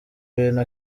bintu